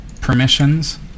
Permissions